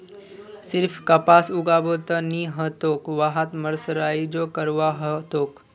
सिर्फ कपास उगाबो त नी ह तोक वहात मर्सराइजो करवा ह तोक